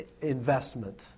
investment